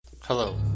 Hello